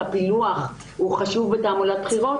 הפילוח הוא חשוב בתעמולת בחירות.